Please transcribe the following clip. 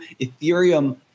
ethereum